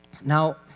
Now